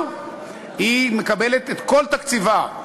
מקבלת את כל תקציבה,